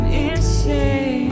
insane